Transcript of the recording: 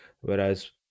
whereas